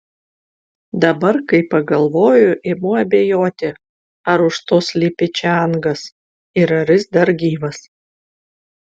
dabar kai pagalvoju imu abejoti ar už to slypi čiangas ir ar jis dar gyvas